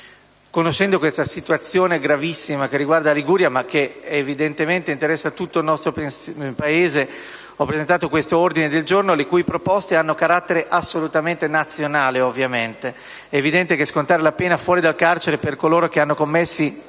Conoscendo questa situazione gravissima che riguarda la Liguria, ma che evidentemente interessa tutto il nostro Paese, ho presentato l'ordine del giorno G101, le cui proposte hanno carattere assolutamente nazionale. È evidente che scontare la pena fuori dal carcere, per coloro che hanno commesso